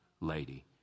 lady